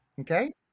okay